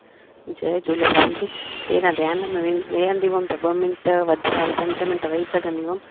जय झूलेलाल जी पहिरियां ध्यान में वे विहंदी हुयमि त ॿ मिन्ट वधि में वधि पंज मिन्ट वेही सघंदी हुअमि